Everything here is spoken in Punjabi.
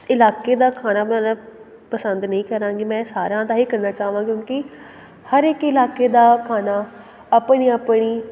ਇਲਾਕੇ ਦਾ ਖਾਣਾ ਬਣਾਉਣਾ ਪਸੰਦ ਨਹੀਂ ਕਰਾਂਗੀ ਮੈਂ ਸਾਰਿਆਂ ਦਾ ਹੀ ਕਰਨਾ ਚਾਹਵਾਂ ਕਿਉਂਕਿ ਹਰ ਇੱਕ ਇਲਾਕੇ ਦਾ ਖਾਣਾ ਆਪਣੀ ਆਪਣੀ